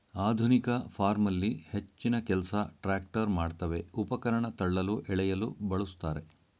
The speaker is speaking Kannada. ಆಧುನಿಕ ಫಾರ್ಮಲ್ಲಿ ಹೆಚ್ಚಿನಕೆಲ್ಸ ಟ್ರ್ಯಾಕ್ಟರ್ ಮಾಡ್ತವೆ ಉಪಕರಣ ತಳ್ಳಲು ಎಳೆಯಲು ಬಳುಸ್ತಾರೆ